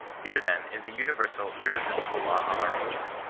here then is a universal, irreastible law of our nature.